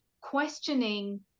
questioning